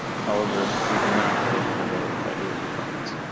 however, we do not live in a world of ideal components.